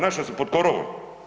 Naša su pod korovom.